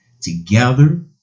together